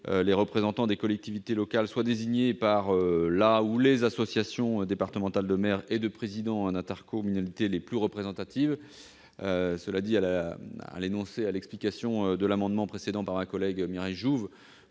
les représentants des collectivités locales soient désignés par la ou les associations départementales de maires et de présidents d'intercommunalité les plus représentatives. Le dispositif de l'amendement présenté par Mme Jouve